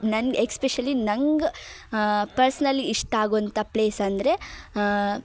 ನಂಗೆ ಎಸ್ಪೆಶಲಿ ನಂಗೆ ಪರ್ಸ್ನಲಿ ಇಷ್ಟ ಆಗುವಂಥ ಪ್ಲೇಸ್ ಅಂದರೆ